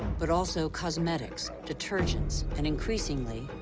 but also cosmetics, detergents and, increasingly,